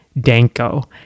Danko